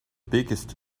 biggest